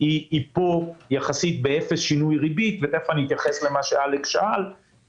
היא פה יחסית באפס שינוי ריבית ותיכף אתייחס למה שאלכס קושניר שאל